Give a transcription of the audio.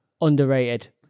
Underrated